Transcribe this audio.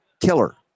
killer